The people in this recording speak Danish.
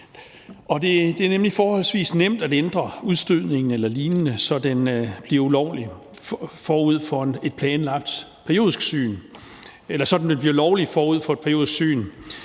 Det er nemlig forholdsvis nemt at ændre udstødningen eller lignende, så motorcyklen bliver lovlig forud for et periodisk syn.